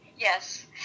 Yes